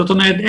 זאת אומרת,